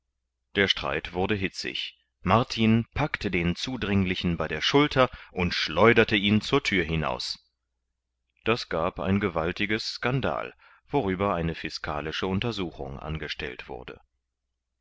der streit wurde hitzig martin packte den zudringlichen bei der schulter und schleuderte ihn zur thür hinaus das gab ein gewaltiges skandal worüber eine fiscalische untersuchung angestellt wurde